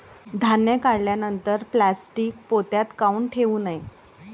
धान्य काढल्यानंतर प्लॅस्टीक पोत्यात काऊन ठेवू नये?